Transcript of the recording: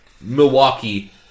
Milwaukee